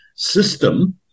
system